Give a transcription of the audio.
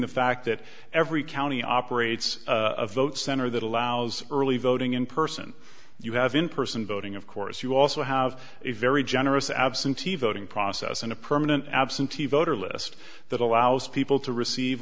the fact that every county operates a vote center that allows early voting in person you have in person voting of course you also have a very generous absentee voting process and a permanent absentee voter list that allows people to receive